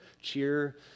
cheer